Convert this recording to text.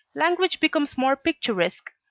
language becomes more picturesque,